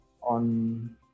on